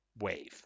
wave